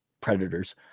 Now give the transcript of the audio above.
predators